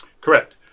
Correct